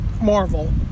marvel